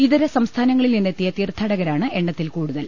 ഇതരസംസ്ഥാനങ്ങളിൽനിന്നെത്തിയ തീർത്ഥാടകരാണ് എണ്ണത്തിൽ കൂടുതൽ